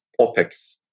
OPEX